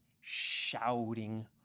shouting